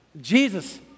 Jesus